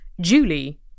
julie